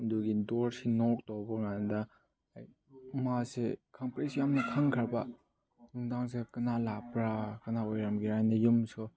ꯑꯗꯨꯒꯤ ꯗꯣꯔꯁꯦ ꯅꯣꯛ ꯇꯧꯕꯀꯥꯟꯗ ꯂꯥꯏꯛ ꯃꯥꯁꯦ ꯈꯪꯄ꯭ꯔꯦꯛꯁꯨ ꯌꯥꯝ ꯈꯪꯈ꯭ꯔꯕ ꯅꯨꯡꯗꯥꯡꯁꯦ ꯀꯅꯥ ꯂꯥꯛꯄ꯭ꯔꯥ ꯀꯅꯥ ꯑꯣꯏꯔꯝꯒꯦꯔꯥꯅ ꯌꯨꯝꯁꯨ